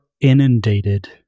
inundated